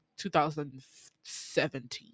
2017